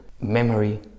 memory